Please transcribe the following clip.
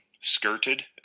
skirted